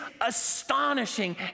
astonishing